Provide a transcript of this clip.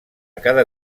cada